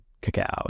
cacao